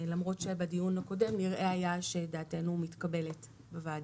למרות שבדיון הקודם נראה היה שדעתנו מתקבלת בוועדה.